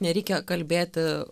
nereikia kalbėti